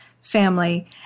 family